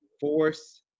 Force